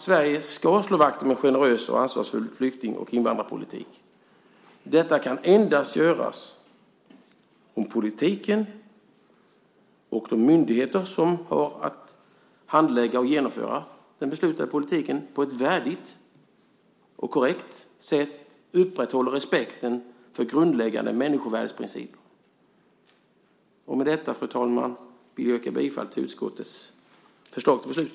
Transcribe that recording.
Sverige ska slå vakt om en generös och ansvarsfull flykting och invandringspolitik. Detta kan endast göras om politiken och de myndigheter som har att handlägga och genomföra den beslutade politiken på ett värdigt och korrekt sätt upprätthåller respekten för grundläggande människovärdesprinciper. Fru talman! Med detta vill jag yrka bifall till utskottets förslag till beslut.